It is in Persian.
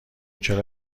چرا